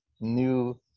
new